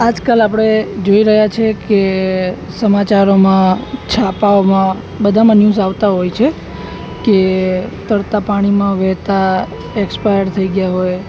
આજકાલ આપણે જોઈ રહ્યા છીએ કે સમાચારોમાં છાપાઓમાં બધામાં ન્યૂઝ આવતા હોય છે કે તરતા પાણીમાં વહેતાં એક્સપાયર થઈ ગયા હોય